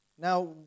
Now